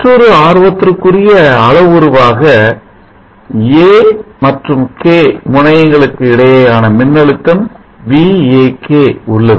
மற்றொரு ஆர்வத்திற்குரிய அளவுருவாக ஏ A மற்றும் கே K முனையங்களுக்கு இடையேயான மின்னழுத்தம் வி ஏ கே Vak உள்ளது